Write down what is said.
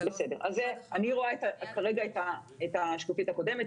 אני כרגע רואה את השקופית הקודמת.